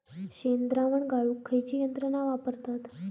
शेणद्रावण गाळूक खयची यंत्रणा वापरतत?